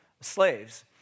slaves